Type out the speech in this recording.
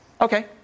Okay